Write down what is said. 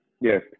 Yes